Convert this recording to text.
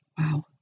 Wow